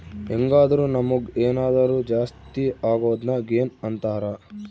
ಹೆಂಗಾದ್ರು ನಮುಗ್ ಏನಾದರು ಜಾಸ್ತಿ ಅಗೊದ್ನ ಗೇನ್ ಅಂತಾರ